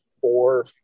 four